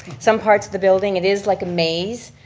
some parts of the building, it is like a maze.